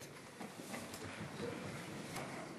(חברי הכנסת מכבדים בקימה את צאת נשיא המדינה מאולם המליאה.) נא לשבת.